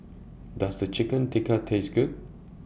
Does Chicken Tikka Taste Good